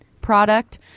product